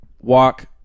walk